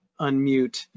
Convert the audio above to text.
unmute